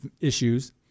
issues